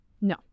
No